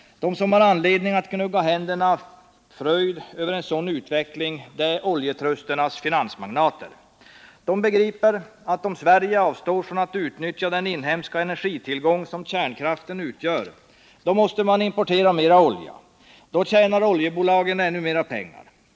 De som har anledning att gnugga händerna av fröjd över en sådan utveckling är oljetrusternas finansmagnater. De begriper att om Sverige avstår från att utnyttja den inhemska energitillgång som kärnkraften utgör måste Sverige importera mera olja. Då tjänar oljebolagen ännu mera pengar.